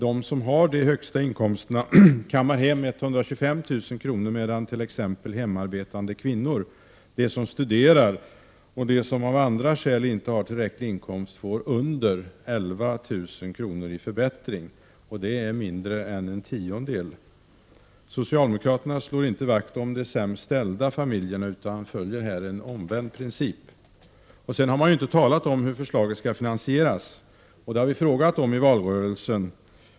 De som har de högsta inkomsterna kammar hem 125 000 kr., medan t.ex. hemmarbetande kvinnor, de som studerar och de som av andra skäl inte har tillräcklig inkomst får under 11 000 kr. i förbättring. Det motsvarar mindre än en tiondel. Socialdemokraterna slår inte vakt om de sämst ställda famijerna utan följer här en omvänd princip. Man har dessutom inte talat om hur förslaget skall finansieras. Vi har frågat om det i valrörelsen.